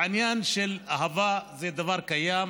העניין של אהבה זה דבר קיים,